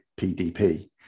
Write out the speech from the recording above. PDP